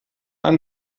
ein